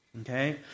Okay